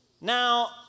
Now